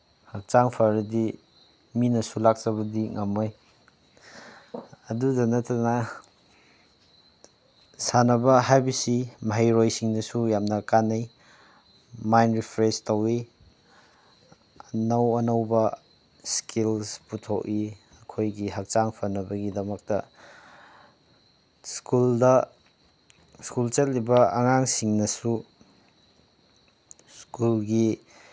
ꯍꯛꯆꯥꯡ ꯐꯔꯗꯤ ꯃꯤꯅꯁꯨ ꯂꯥꯛꯆꯕꯗꯤ ꯉꯝꯃꯣꯏ ꯑꯗꯨꯗ ꯅꯠꯇꯅ ꯁꯥꯟꯅꯕ ꯍꯥꯏꯕꯁꯤ ꯃꯍꯩꯔꯣꯏꯁꯤꯡꯗꯁꯨ ꯌꯥꯝꯅ ꯀꯥꯟꯅꯩ ꯃꯥꯏꯟ ꯔꯤꯐ꯭ꯔꯦꯁ ꯇꯧꯋꯤ ꯑꯅꯧ ꯑꯅꯧꯕ ꯏꯁꯀꯤꯜꯁ ꯄꯨꯊꯣꯛꯏ ꯑꯩꯈꯣꯏꯒꯤ ꯍꯛꯆꯥꯡ ꯐꯅꯕꯒꯤꯗꯃꯛꯇ ꯁ꯭ꯀꯨꯜꯗ ꯁ꯭ꯀꯨꯜ ꯆꯠꯂꯤꯕ ꯑꯉꯥꯡꯁꯤꯡꯅꯁꯨ ꯁ꯭ꯀꯨꯜꯒꯤ